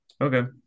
Okay